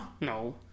No